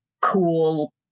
cool